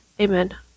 Amen